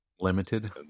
Limited